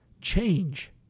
change